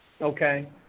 Okay